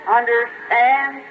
understand